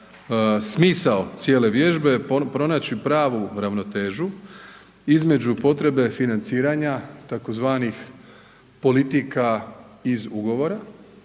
Smisao cijele vježbe je pronaći pravu ravnotežu između potrebe financiranja tzv. politika iz ugovora